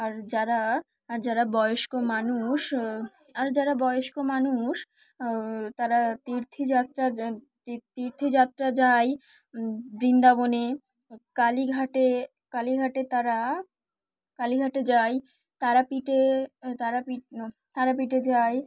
আর যারা আর যারা বয়স্ক মানুষ আর যারা বয়স্ক মানুষ তারা তীর্থযাত্রা তীর্থযাত্রা যায় বৃন্দাবনে কালীঘাটে কালীঘাটে তারা কালীঘাটে যায় তারাপীঠে তারাপীঠ তারাপীঠে যায়